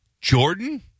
Jordan